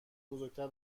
بزرگتر